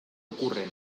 ocurren